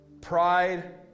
pride